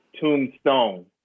Tombstone